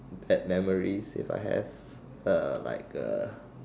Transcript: bad memories if I have uh like a